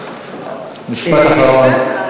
משפט אחרון.